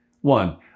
One